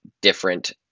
different